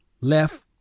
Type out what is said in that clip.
left